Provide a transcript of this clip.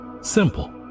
Simple